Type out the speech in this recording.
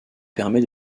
permet